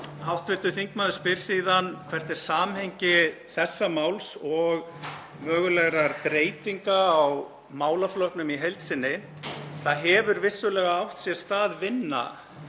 Hv. þingmaður spyr síðan: Hvert er samhengi þessa máls og mögulegra breytinga á málaflokknum í heild sinni? Það hefur vissulega átt sér stað vinna